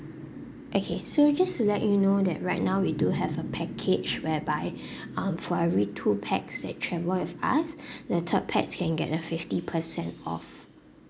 okay so just to let you know that right now we do have a package whereby um for every two pax that travel with us the third pax can get a fifty percent off